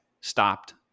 stopped